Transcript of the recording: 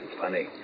funny